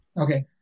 Okay